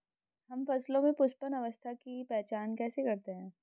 हम फसलों में पुष्पन अवस्था की पहचान कैसे करते हैं?